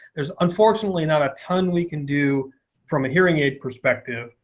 there's unfortunately not a ton we can do from a hearing aid perspective.